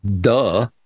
duh